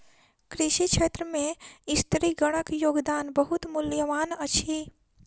कृषि क्षेत्र में स्त्रीगणक योगदान बहुत मूल्यवान अछि